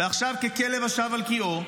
ועכשיו, ככלב השב על קיאו,